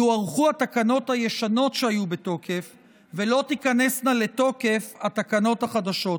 יוארכו התקנות הישנות שהיו בתוקף ולא תיכנסנה לתוקף התקנות החדשות.